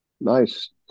Nice